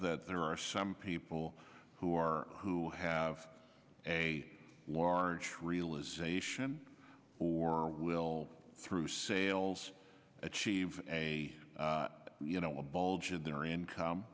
that there are some people who are who have a large realization or will through sales achieve a you know a bulge in their income